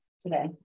today